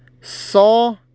saw